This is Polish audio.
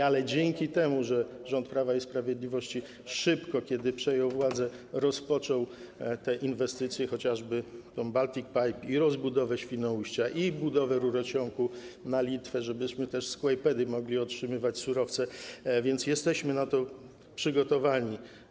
Ale dzięki temu, że rząd Prawa i Sprawiedliwości szybko, kiedy przejął władzę, rozpoczął te inwestycje - chociażby Baltic Pipe i rozbudowę Świnoujścia, i budowę rurociągu na Litwę, żebyśmy też z Kłajpedy mogli otrzymywać surowce - jesteśmy na to przygotowani.